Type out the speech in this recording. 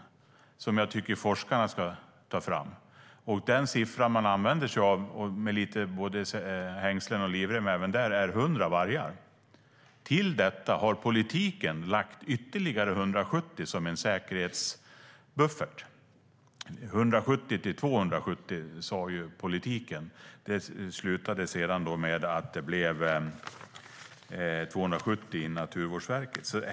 Det tycker jag att forskarna ska ta fram. Den siffra man använder sig av, med både hängslen och livrem, är 100 vargar. Till detta har politiken lagt ytterligare 170, som en säkerhetsbuffert. 170-270 sa politiken. Det slutade med att det blev 270 i Naturvårdsverket.